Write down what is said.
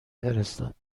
فرستاد